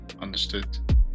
understood